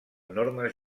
normes